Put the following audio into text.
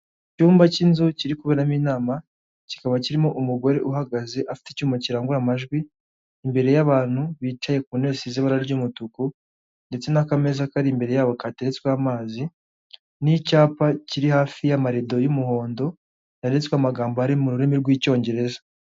Icyumba cy'inzu kiri kuberamo inama, kikaba kirimo umugore uhagaze afite icyuma kirangurura amajwi, imbere y'abantu bicaye ku ntebe zisize ibara ry'umutuku ndetse n'aka meza kari imbere yabo katetswe ho amazi n'icyapa kiri hafi y'amarido y'umuhondo yanditswe amagambo ari mu rurimi rw'icyongereza.